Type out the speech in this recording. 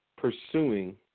pursuing